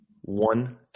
one